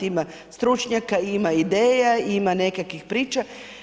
Ima stručnjaka, ima ideja, ima nekakvih priča.